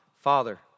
Father